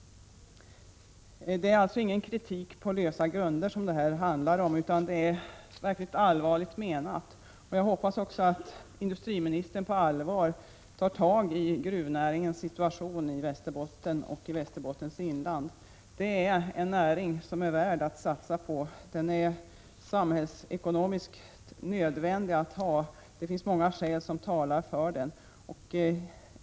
Det är alltså ingen kritik på lösa grunder som detta handlar om, utan denna kritik är verkligen allvarligt menad. Jag hoppas att industriministern på allvar tar tag i gruvnäringen i Västerbotten och i Västerbottens inland. Det är en näring som är värd att satsa på. Den är samhällsekonomiskt nödvändig. Det finns många skäl som talar för den.